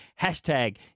hashtag